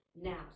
now